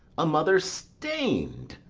a mother stain'd,